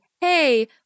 Hey